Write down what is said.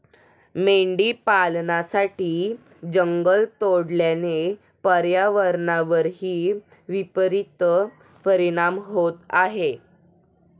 मेंढी पालनासाठी जंगल तोडल्याने पर्यावरणावरही विपरित परिणाम होत आहे